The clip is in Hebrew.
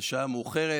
בשעה מאוחרת,